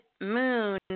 moon